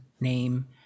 name